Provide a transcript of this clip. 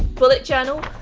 bullet journal.